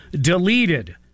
deleted